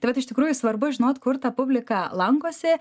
tai vat iš tikrųjų svarbu žinot kur tą publiką lankosi